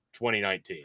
2019